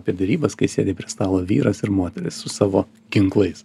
apie derybas kai sėdi prie stalo vyras ir moteris su savo ginklais